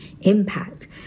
impact